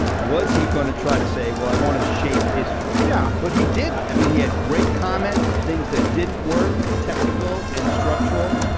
was he going to try to say well i want to shape history. yeah but he didn't. i mean he had great comments things that didn't work. technical and structural.